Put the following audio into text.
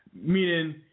Meaning